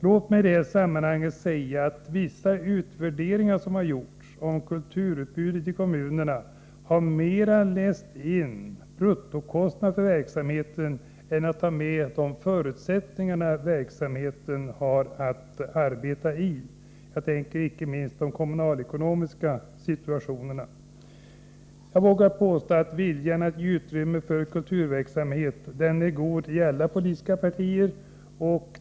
Låt mig i detta sammanhang säga att vissa utvärderingar som har gjorts om kulturutbudet i kommunerna har mera läst in bruttokostnader för verksamheten än att ta med de förutsättningar verksamheten har att arbeta utifrån. Jag tänker icke minst på den kommunalt olika ekonomiska situationen. Jag vågar påstå att viljan att ge utrymme för kulturverksamheten är god i alla politiska partier.